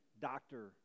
doctor